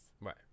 Right